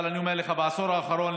אבל אני אומר לך שבעשור האחרון,